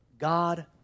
God